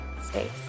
space